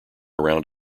around